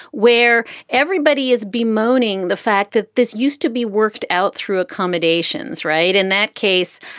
where everybody is bemoaning the fact that this used to be worked out through accommodations. right. in that case,